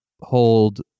hold